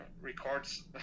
records